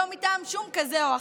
לא מטעם שום כזה או אחר.